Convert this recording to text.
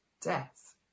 death